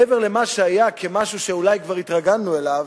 מעבר למה שהיה, כמשהו שאולי כבר התרגלנו אליו,